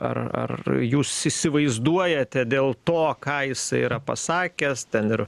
ar ar jūs įsivaizduojate dėl to ką jisai yra pasakęs ten ir